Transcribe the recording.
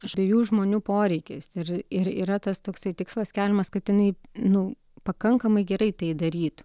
dviejų žmonių poreikiais ir ir yra tas toksai tikslas keliamas kad jinai nu pakankamai gerai tai darytų